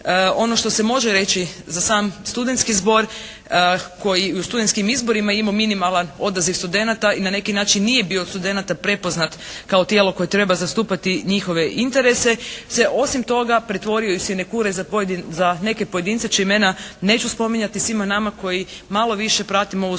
ono što se može reći za sam Studentski zbor koji i u studentskim izborima je imao minimalan odaziv studenata i na neki način nije bio od studenata prepoznat kao tijelo koje treba zastupati njihove interese, se osim toga pretvorio iz sinekure za neke pojedince čija imena neću spominjati. Svima nama koji malo više pratimo ovu studentsku